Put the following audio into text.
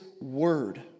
word